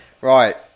right